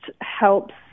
helps